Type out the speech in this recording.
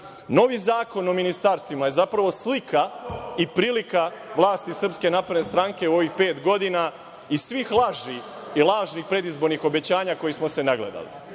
Zakon o ministarstvima je zapravo slika i prilika vlasti Srpske napredne stranke u ovih pet godina i svih laži i lažnih predizbornih obećanja kojih smo se nagledali. Svi